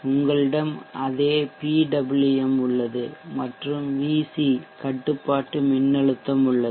உங்களிடம் அதே PWM உள்ளது மற்றும் VC கட்டுப்பாட்டு மின்னழுத்தம் உள்ளது